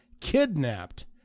kidnapped